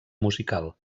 musical